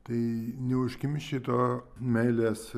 tai neužkimši to meilės